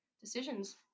decisions